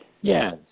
Yes